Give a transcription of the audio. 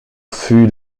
fut